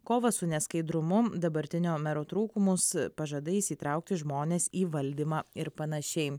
kovą su neskaidrumu dabartinio mero trūkumus pažadais įtraukti žmones į valdymą ir panašiai